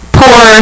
poor